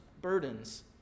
burdens